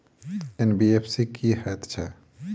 NBFC की हएत छै?